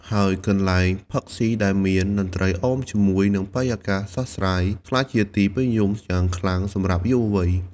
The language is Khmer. ហើយកន្លែងផឹកស៊ីដែលមានតន្ត្រីអមជាមួយនិងបរិយាកាសស្រស់ស្រាយ ក្លាយជាទីពេញនិយមយ៉ាងខ្លាំងសម្រាប់យុវវ័យ។